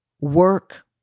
work